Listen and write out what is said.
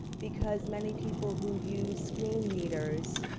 because many people who use screenreaders